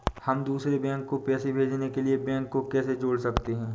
हम दूसरे बैंक को पैसे भेजने के लिए बैंक को कैसे जोड़ सकते हैं?